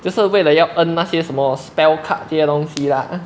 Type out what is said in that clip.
就是为了要 earn 那些什么 spell card 些东西啦:xie dong xi lah